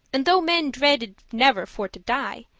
and though men dreaded never for to die,